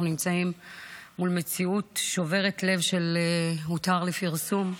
נמצאים מול מציאות שוברת לב של "הותר לפרסום",